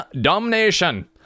Domination